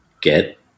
get